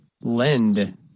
Lend